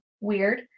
weird